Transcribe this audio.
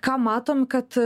ką matom kad